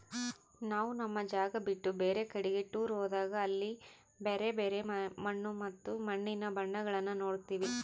ನಾವು ನಮ್ಮ ಜಾಗ ಬಿಟ್ಟು ಬೇರೆ ಕಡಿಗೆ ಟೂರ್ ಹೋದಾಗ ಅಲ್ಲಿ ಬ್ಯರೆ ಬ್ಯರೆ ಮಣ್ಣು ಮತ್ತೆ ಮಣ್ಣಿನ ಬಣ್ಣಗಳನ್ನ ನೋಡ್ತವಿ